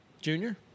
Junior